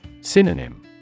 Synonym